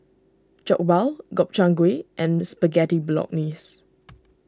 Jokbal Gobchang Gui and Spaghetti Bolognese